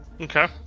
Okay